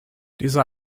diese